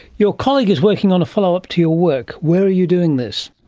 your colleague is working on a follow-up to your work. where are you doing this?